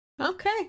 Okay